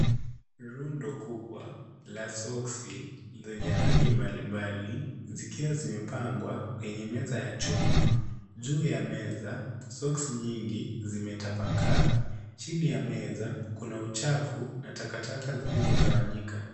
Lundo kubwa la soksi, zenye rangi mbalimbali, zikiwa zimepangwa kwenye meza ya chuma. Juu ya meza, soksi nyingi ,zimetabakaa. Chini ya meza kuna uchafu na takatak zilizotawanyika.